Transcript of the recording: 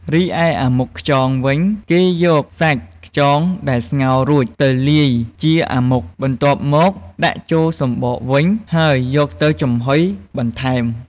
រីឯអាម៉ុកខ្យងវិញ គេយកសាច់ខ្យងដែលស្ងោររួចទៅលាយជាអាម៉ុក បន្ទាប់មកដាក់ចូលសំបកវិញហើយយកទៅចំហុយបន្ថែម។